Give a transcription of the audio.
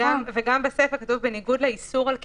וגם בסיפה, כתוב "בניגוד לאיסור על קיומם".